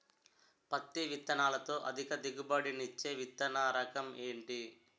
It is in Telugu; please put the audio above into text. పత్తి విత్తనాలతో అధిక దిగుబడి నిచ్చే విత్తన రకం ఏంటి?